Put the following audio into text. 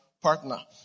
partner